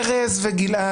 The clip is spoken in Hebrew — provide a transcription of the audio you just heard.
ארז וגלעד וקארין.